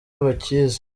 bakizi